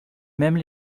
même